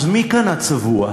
אז מי כאן הצבוע?